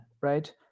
right